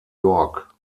york